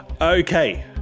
Okay